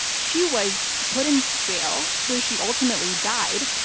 she was put in jail where she ultimately died,